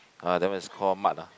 uh that one is call mud ah